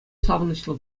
савӑнӑҫлӑ